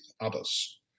others